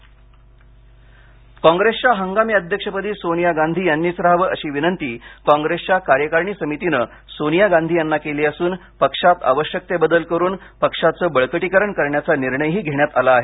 कॉंग्रेस काँग्रेसच्या हंगामी अध्यक्षपदी सोनिया गांधी यांनीच राहावं अशी विनंती कॉग्रेसच्या कार्यकारिणी समितीनं सोनिया गांधी यांना केली असून पक्षात आवश्यक ते बदल करून पक्षाचं बळकटीकरण करण्याचा निर्णयही घेण्यात आला आहे